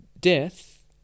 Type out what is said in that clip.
death